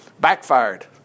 Backfired